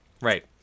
Right